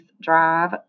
drive